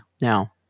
Now